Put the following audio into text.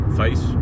face